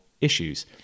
issues